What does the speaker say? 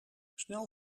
snel